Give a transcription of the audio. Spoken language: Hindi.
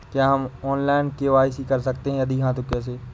क्या हम ऑनलाइन के.वाई.सी कर सकते हैं यदि हाँ तो कैसे?